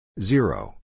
Zero